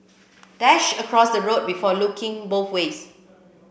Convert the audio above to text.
dash across the road before looking both ways